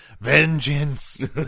Vengeance